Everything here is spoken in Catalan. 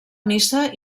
missa